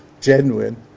genuine